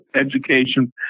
education